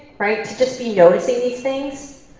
to just be noticing these things.